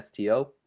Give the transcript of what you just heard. STO